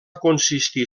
consistir